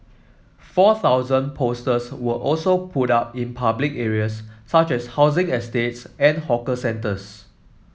four thousand posters were also put up in public areas such as housing estates and hawker centres